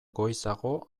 goizago